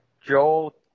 Joel